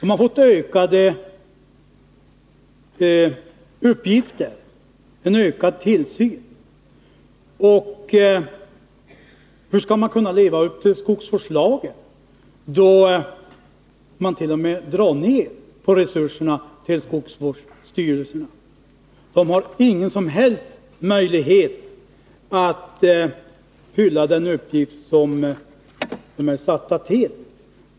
De har fått utvidgade uppgifter, ökad tillsyn. Hur skall Nr 29 man kunna leva upp till skogsvårdslagen då resurserna t.o.m. dras ner för skogsvårdsstyrelsen. De har ingen som helst möjlighet att fylla de uppgifter som de är satta att klara.